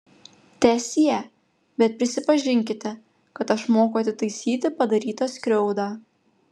teesie bet prisipažinkite kad aš moku atitaisyti padarytą skriaudą